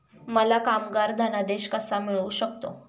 मला कामगार धनादेश कसा मिळू शकतो?